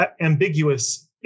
ambiguous